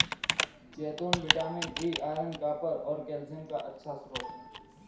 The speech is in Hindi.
जैतून विटामिन ई, आयरन, कॉपर और कैल्शियम का अच्छा स्रोत हैं